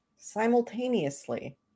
simultaneously